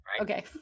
Okay